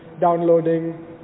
downloading